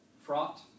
fraught